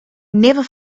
never